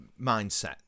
mindset